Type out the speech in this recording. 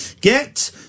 Get